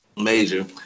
major